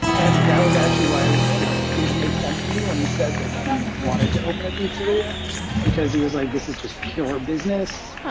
and that was actually why it did make sense to me when he said that he wanted to open a pizzeria because he was like, this is just pure business.